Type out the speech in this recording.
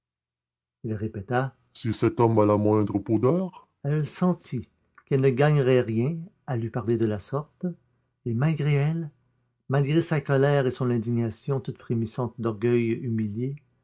il répéta si cet homme a la moindre pudeur elle sentit qu'elle ne gagnerait rien à lui parler de la sorte et malgré elle malgré sa colère et son indignation toute frémissante d'orgueil humilié